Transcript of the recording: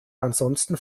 ansonsten